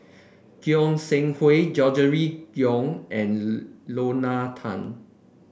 Goi Seng Hui Gregory Yong and Lorna Tan